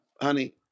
honey